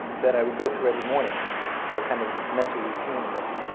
that i would go through every morning so a kind of mental routine in the morning.